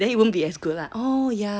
then it won't be as good lah oh yeah